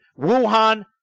Wuhan